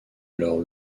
alors